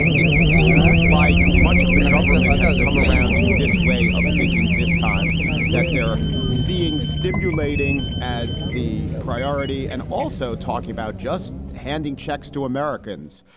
it seems like much of the government has come around to this way of thinking this time that they're seeing stimulating as the priority and also talking about just handing checks to americans.